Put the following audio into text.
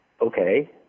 okay